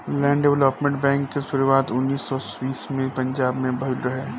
land development bank के शुरुआत उन्नीस सौ बीस में पंजाब में भईल रहे